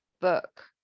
book